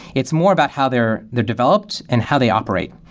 it's more about how they're they're developed and how they operate.